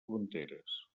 fronteres